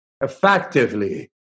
effectively